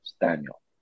Daniel